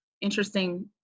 interesting